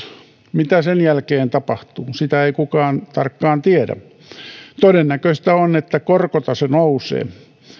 mitä sen jälkeen tapahtuu sitä ei kukaan tiedä tarkkaan todennäköistä on että korkotaso nousee